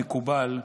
מקובל,